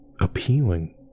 appealing